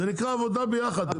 זה נקרא עבודה ביחד.